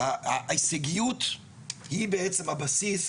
ההישגיות היא בעצם הבסיס,